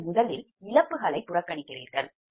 நீங்கள் முதலில் இழப்புகளை புறக்கணிக்கிறீர்கள்